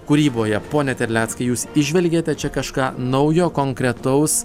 kūryboje pone terleckai jūs įžvelgiate čia kažką naujo konkretaus